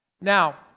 Now